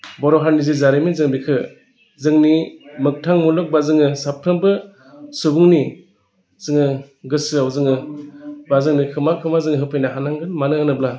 बर' हारिनि जे जारिमिन जों बेखो जोंनि मोगथां मुलुग बा जोङो साफ्रोमबो सुबुंनि जोङो गोसोआव जोङो बा जोंनि खोमा खोमा जों होफैनो हानांगोन मानो होनोब्ला